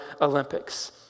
Olympics